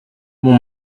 mon